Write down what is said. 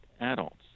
adults